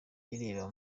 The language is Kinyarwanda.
ireba